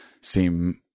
seem